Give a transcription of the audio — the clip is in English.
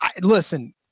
Listen